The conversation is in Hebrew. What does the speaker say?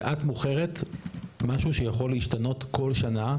ואת מוכרת משהו שיכול להשתנות כל שנה,